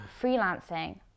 freelancing